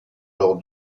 lors